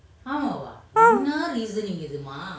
uh um